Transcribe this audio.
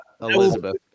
Elizabeth